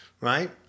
Right